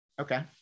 Okay